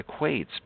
equates